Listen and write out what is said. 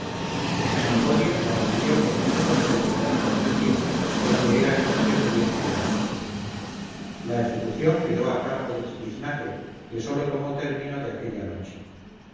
monipodio la recibió con mucho contento y cortesía porque era en estremo bien criado la ejecución quedó a cargo de chiquiznaque que sólo tomó término de aquella noche